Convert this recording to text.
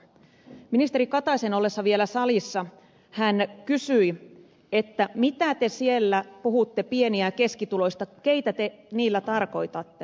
ministeri katainen ollessaan vielä salissa kysyi mitä te siellä puhutte pieni ja keskituloisista keitä te niillä tarkoitatte